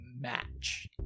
Match